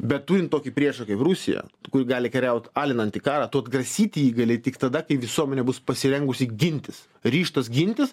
bet turint tokį priešą kaip rusija kuri gali kariauti alinantį karą tu atgrasyti jį gali tik tada kai visuomenė bus pasirengusi gintis ryžtas gintis